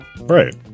right